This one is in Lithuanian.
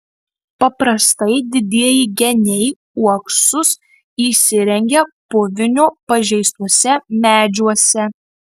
paprastai didieji geniai uoksus įsirengia puvinio pažeistuose medžiuose